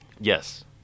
Yes